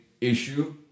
issue